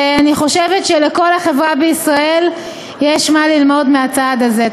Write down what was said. אני חושבת שלכל החברה בישראל יש מה ללמוד מהצעד הזה.